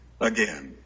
again